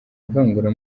ivangura